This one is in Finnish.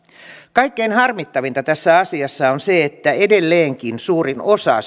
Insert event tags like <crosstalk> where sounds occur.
kaikkein harmittavinta tässä asiassa on se että edelleenkin suurin osa <unintelligible>